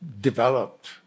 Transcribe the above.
developed